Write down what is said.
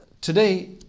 today